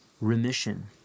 remission